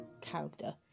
character